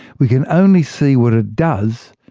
we can only see what it does,